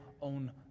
own